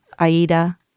Aida